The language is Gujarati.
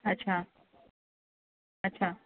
અચ્છા અચ્છા